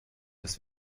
dass